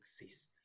exist